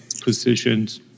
positions